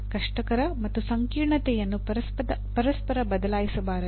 ಕಷ್ಟಕರ ಮತ್ತು ಸಂಕೀರ್ಣತೆಯನ್ನು ಪರಸ್ಪರ ಬದಲಾಯಿಸಬಾರದು